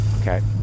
okay